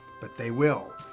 but they will.